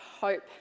hope